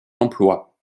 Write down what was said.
l’emploi